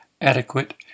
adequate